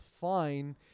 fine